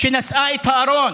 שנשאה את הארון.